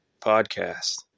podcast